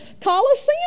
Coliseum